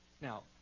Now